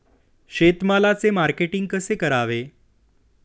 शेतमालाचे मार्केटिंग कसे करावे?